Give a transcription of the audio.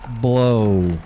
blow